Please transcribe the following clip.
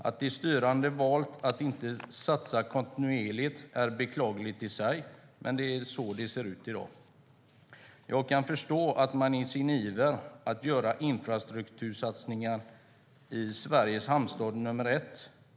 Att de styrande har valt att inte satsa kontinuerligt är beklagligt i sig, men det är så det ser ut i dag. Jag kan förstå att man är ivrig att göra infrastruktursatsningar i Sveriges hamnstad nr 1.